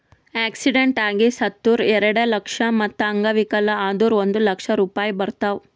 accident ಆಗಿ ಸತ್ತುರ್ ಎರೆಡ ಲಕ್ಷ, ಮತ್ತ ಅಂಗವಿಕಲ ಆದುರ್ ಒಂದ್ ಲಕ್ಷ ರೂಪಾಯಿ ಬರ್ತಾವ್